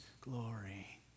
glory